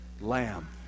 Lamb